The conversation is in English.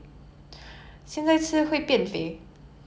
in your head into your head